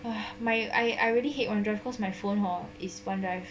well my I I really hate one drive cause my phone hor is one drive